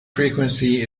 frequency